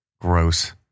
Gross